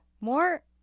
more